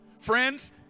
friends